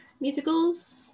musicals